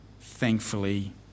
thankfully